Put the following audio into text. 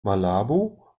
malabo